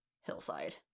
Hillside